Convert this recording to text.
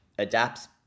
adapts